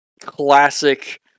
classic